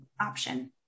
option